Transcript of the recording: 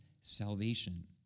salvation